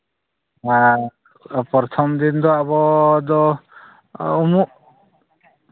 ᱦᱮᱸ ᱯᱨᱚᱛᱷᱚᱢ ᱫᱤᱱ ᱫᱚ ᱟᱵᱚᱫᱚ ᱩᱢᱩᱜ